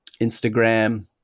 Instagram